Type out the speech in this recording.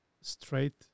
straight